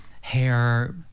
hair